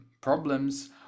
problems